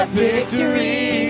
victory